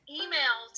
email